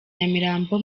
nyamirambo